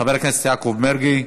חבר הכנסת יעקב מרגי,